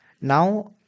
now